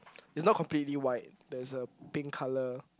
it's not completely white there's a pink colour